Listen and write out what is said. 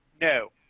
No